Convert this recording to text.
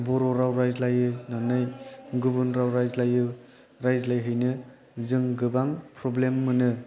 बर' राव रायज्लायनानै गुबुन राव रायज्लायहैनो जों गोबां प्रब्लेम मोनो